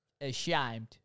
ashamed